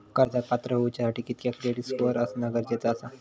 कर्जाक पात्र होवच्यासाठी कितक्या क्रेडिट स्कोअर असणा गरजेचा आसा?